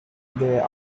there